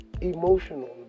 emotional